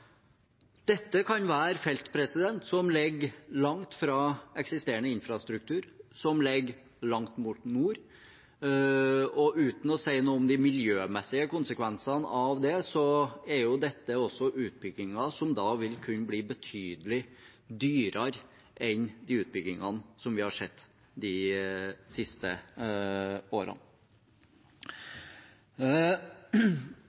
Dette kan være felt som ligger langt fra eksisterende infrastruktur, som ligger langt mot nord, og uten å si noe om de miljømessige konsekvensene av det er dette også utbygginger som vil kunne bli betydelig dyrere enn de utbyggingene som vi har sett de siste årene.